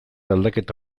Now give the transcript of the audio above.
aldaketa